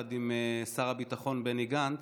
ביחד עם שר הביטחון בני גנץ,